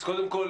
קודם כל,